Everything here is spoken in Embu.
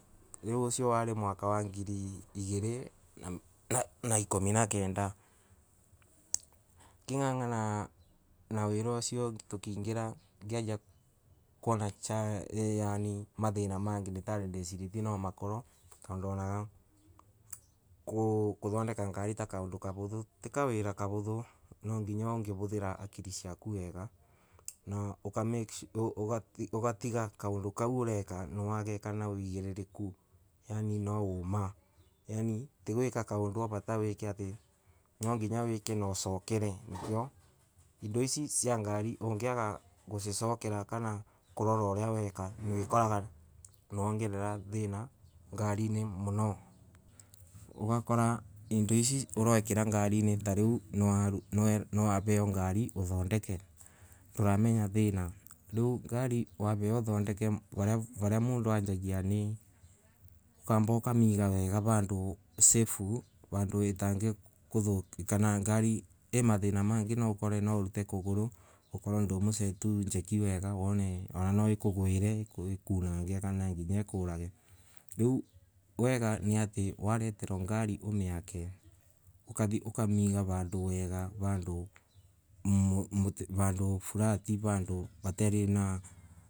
Riu ucio wari mwaka wa ngiri igiri na ikumi na kenda nging’ang’ana na wira ucio tukiingira ngiambiriria kwona challenge yaani mathina mengi ndieciririe tondu wana kuthondeka ngari ta kawira karothu, ti kawira karothu nanginya ungiruthira akili ciaku wega na ugatiga kaundu kau ureka niwageka na woigiririku yaani na uma yaani ti gwika kaundu wa rata wike atii nonginya wike na ucokere niguo indo icii ngari ungiaga gucicokera kana kurora uria weka wikoraga niwongerera thiina ngariri muno ugakka indo icii urekera ngariri tauru niwarewa ngari uthondeke nduramenya thiina riu ngari nigetha uthondeke varia mundu anjagia ni ukamba ukamiga wega vandu safe vandu itangi. Kana ngari ii mathina mengi noukorwe niwaruta kuguru ukorwe ndwimusetu jet wega wone ona noikugwire ikunange kana nginya ikurage, riu wega niati wareterwo ngari umiake, ukamiga vandu wega, vanduflati ratari na.